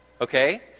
Okay